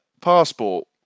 passport